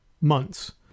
months